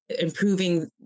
improving